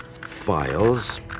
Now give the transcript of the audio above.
files